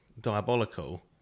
diabolical